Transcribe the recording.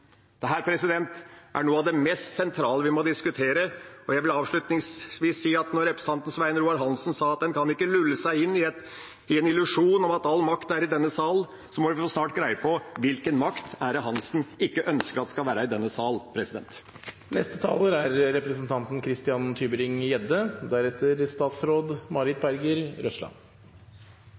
er noe av det mest sentrale vi må diskutere. Jeg vil avslutningsvis si at når representanten Svein Roald Hansen sa at en ikke kan lulle seg inn i en illusjon om at all makt er i denne sal, må vi snart få greie på: Hvilken makt er det Hansen ikke ønsker skal være i denne sal? Først til representanten Kolberg, som egentlig ikke er